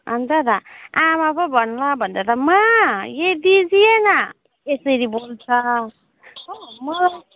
अन्त त आमा पो भन् ल भन्दा त माँ ये दिजिए ना यसरी बोल्छ हो म